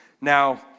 now